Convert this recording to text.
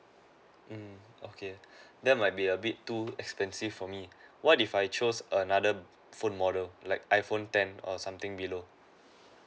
mm okay that might be a bit too expensive for me what if I choose another phone model like iPhone ten or something below